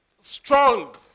strong